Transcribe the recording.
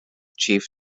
chief